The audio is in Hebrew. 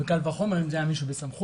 וקל וחומר אם זה היה מישהו בסמכות.